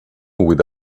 would